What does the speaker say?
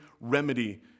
remedy